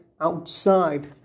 outside